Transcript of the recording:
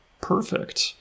Perfect